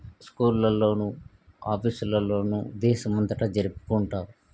స్కూళ్ళల్లోనూ ఆఫీసులల్లోనూ దేశం అంతటా జరుపుకుంటారు